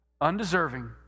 undeserving